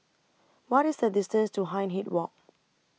What IS The distance to Hindhede Walk